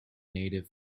native